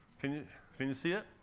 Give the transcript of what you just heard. can you can you see it?